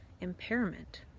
impairment